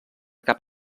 cap